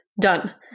done